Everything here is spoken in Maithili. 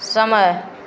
समय